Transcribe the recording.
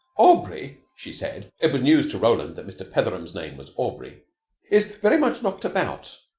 aubrey, she said it was news to roland that mr. petheram's name was aubrey is very much knocked about,